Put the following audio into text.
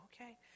okay